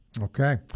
Okay